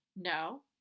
No